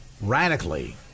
radically